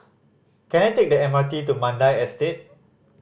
can I take the M R T to Mandai Estate